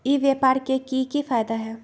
ई व्यापार के की की फायदा है?